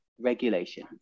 regulation